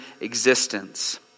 existence